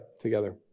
together